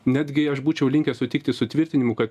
netgi aš būčiau linkęs sutikti su tvirtinimu ka